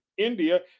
India